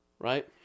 right